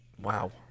Wow